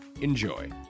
Enjoy